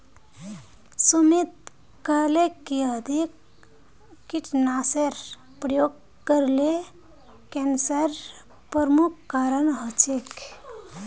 सुमित कहले कि अधिक कीटनाशेर प्रयोग करले कैंसरेर प्रमुख कारण हछेक